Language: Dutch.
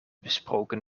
besproken